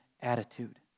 attitude